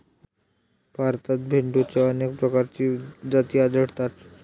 भारतात भेडोंच्या अनेक प्रकारच्या जाती आढळतात